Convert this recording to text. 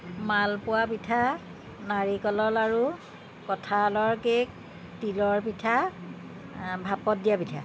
মালপোৱা পিঠা নাৰিকলৰ লাড়ু কঠালৰ কে'ক তিলৰ পিঠা ভাপত দিয়া পিঠা